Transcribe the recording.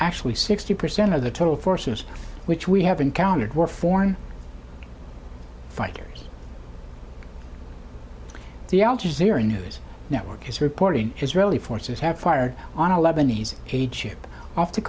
actually sixty percent of the total forces which we have encountered were foreign fighters the al jazeera news network is reporting israeli forces have fired on a lebanese aid ship off the